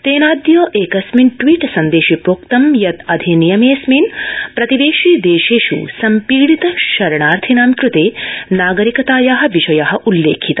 तेनादय एकस्मिन् ट्वीट् सन्देशे प्रोक्तं यत् अधिनियमेऽस्मिन् प्रतिवेशि देशेष् संपीडित शरणार्थिनां कृते नागरिकताया विषय उल्लेखित